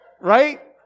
Right